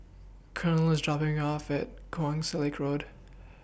Colonel IS dropping Me off At Keong Saik Road